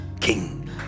king